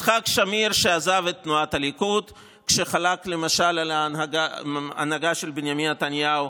שעזב את תנועת הליכוד כשחלק על ההנהגה של בנימין נתניהו,